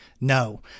no